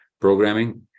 programming